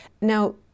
Now